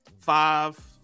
five